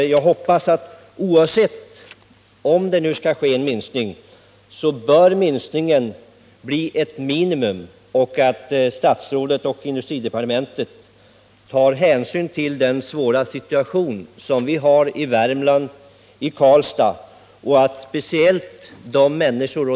Jag hoppas att den eventuella minskningen skall bli minimal och att statsrådet och industridepartementet tar hänsyn till den svåra situation som råder i Karlstad och övriga Värmland.